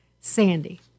Sandy